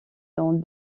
dans